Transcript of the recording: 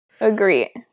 agree